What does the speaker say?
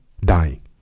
dying